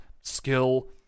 skill